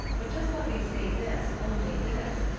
but just let me say this, only this,